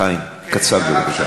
חיים, קצר, בבקשה.